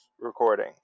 recording